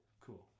Cool